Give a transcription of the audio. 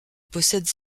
possède